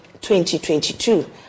2022